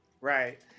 right